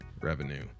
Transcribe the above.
revenue